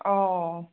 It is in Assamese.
অঁ